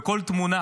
וכל תמונה